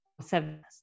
Seven